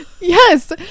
Yes